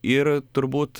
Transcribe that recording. ir turbūt